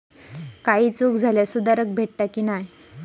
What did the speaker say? काही चूक झाल्यास सुधारक भेटता की नाय?